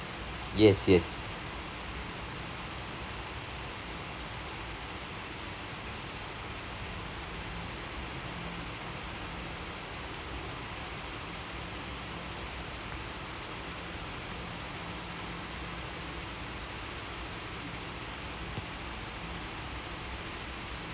yes yes